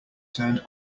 turned